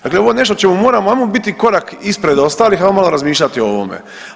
Dakle, ovo je nešto o čemu moramo, ajmo biti korak ispred ostalih, ajmo malo razmišljati o ovom.